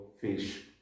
fish